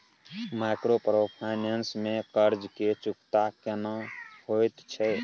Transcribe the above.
Microfinance में कर्ज के चुकता केना होयत छै?